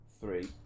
three